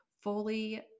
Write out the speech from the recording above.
fully